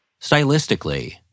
Stylistically